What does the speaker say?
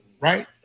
right